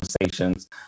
conversations